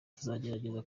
tuzagerageza